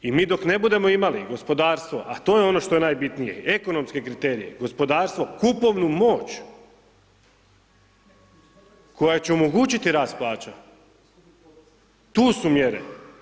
I mi dok ne budemo imali gospodarstvo, a to je ono što je najbitnije i ekonomske kriterije, gospodarstvo, kupovnu moć koja će omogućiti rast plaća, tu su mjere.